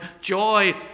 joy